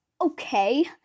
okay